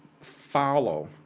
follow